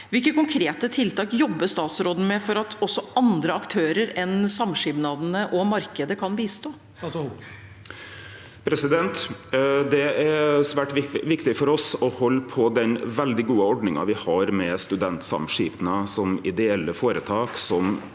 Hvilke konkrete tiltak jobber statsråden med for at også andre aktører enn samskipnadene og markedet kan bistå? Statsråd Oddmund Hoel Det er svært viktig for oss å halde på den veldig gode ordninga me har med studentsamskipnadene som ideelle føretak,